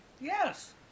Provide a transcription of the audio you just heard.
Yes